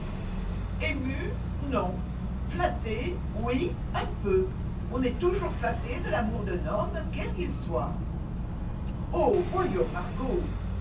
non flattée oui un peu on est toujours flattée de l'amour d'un homme quel qu'il soit oh voyons margot